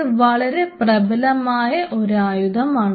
ഇത് വളരെ പ്രബലമായ ഒരു ആയുധമാണ്